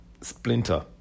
splinter